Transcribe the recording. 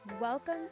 Welcome